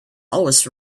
always